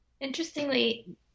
Interestingly